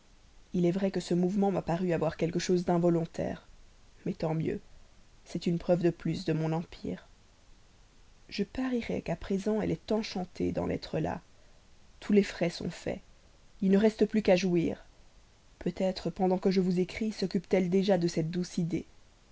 il est vrai que ce mouvement m'a paru avoir quelque chose d'involontaire mais tant mieux c'est une preuve de plus de mon empire je parierais qu'à présent elle est enchantée d'en être là tous les frais sont faits il ne reste plus qu'à jouir peut-être pendant que je vous écris soccupe t elle déjà de cette douce idée